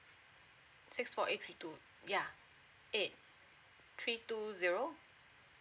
six four eight three two ya eight three two zero